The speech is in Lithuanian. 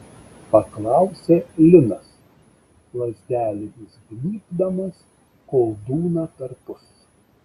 paklausė linas lazdelėmis gnybdamas koldūną perpus